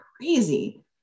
crazy